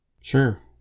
Sure